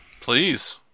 Please